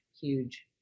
huge